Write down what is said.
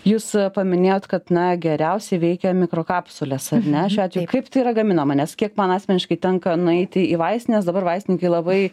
jūs paminėjot kad na geriausiai veikia mikrokapsulės ar ne šiuo atveju kaip tai yra gaminama nes kiek man asmeniškai tenka nueiti į vaistines dabar vaistininkai labai